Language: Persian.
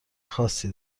خاصی